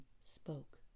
spoke